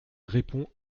répond